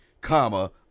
comma